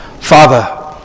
Father